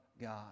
God